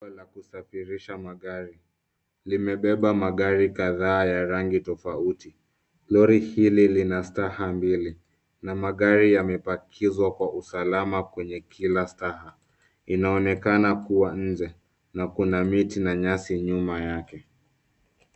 Lori la kusafirisha magari limebeba magari kadhaa ya rangi tofauti. Lori hili lina staha mbili na magari yamepakizwa kwa usalamu kwenye kila staha. Inaonekana kuwa njee na kuna miti na nyasi nyuma yake.